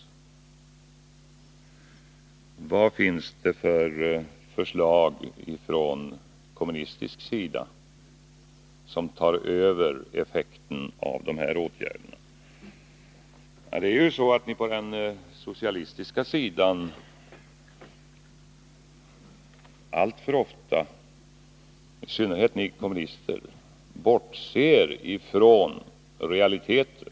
Vad finns det för förslag från kommunistisk sida som tar över effekten av dessa åtgärder? Det är ju så att ni på den socialistiska sidan, i synnerhet ni kommunister, alltför ofta bortser från realiteter.